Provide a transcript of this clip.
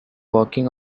working